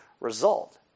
result